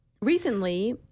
recently